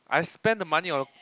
I spend the money on